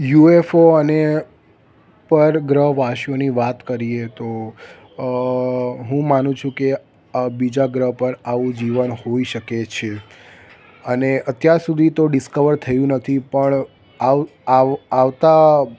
UFO અને પરગ્રહવાસીઓની વાત કરીએ તો અ હું માનું છું કે અ બીજા ગ્રહ પર આવું જીવન હોઇ શકે છે અને અત્યાર સુધી તો ડિસ્કવર થયું નથી પણ આવતા